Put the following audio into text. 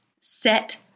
Set